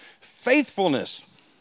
faithfulness